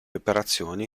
operazioni